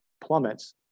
plummets